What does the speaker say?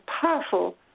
powerful